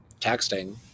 texting